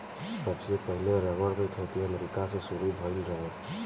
सबसे पहिले रबड़ के खेती अमेरिका से शुरू भईल रहे